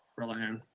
relihan.